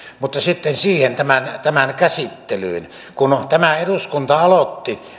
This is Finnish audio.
mutta sitten tämän käsittelyyn kun tämä eduskunta aloitti